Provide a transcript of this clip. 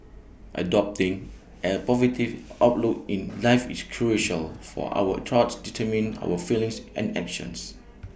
adopting A positive outlook in life is crucial for our thoughts determine our feelings and actions